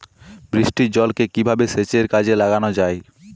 বৃষ্টির জলকে কিভাবে সেচের কাজে লাগানো য়ায়?